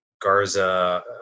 Garza